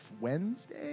Wednesday